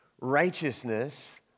righteousness